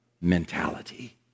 mentality